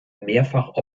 mehrfach